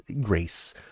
grace